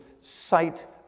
sight